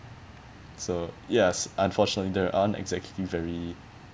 so yes unfortunately there aren't exactly very